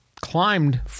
climbed